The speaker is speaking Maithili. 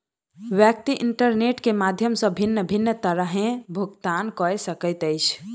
व्यक्ति इंटरनेट के माध्यम सॅ भिन्न भिन्न तरहेँ भुगतान कअ सकैत अछि